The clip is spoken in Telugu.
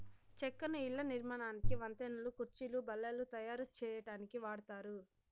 చెక్కను ఇళ్ళ నిర్మాణానికి, వంతెనలు, కుర్చీలు, బల్లలు తాయారు సేయటానికి వాడతారు